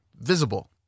visible